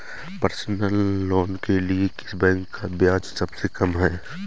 Personal loan के लिए किस बैंक का ब्याज सबसे कम है?